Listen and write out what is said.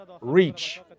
reach